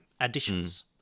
additions